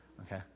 Okay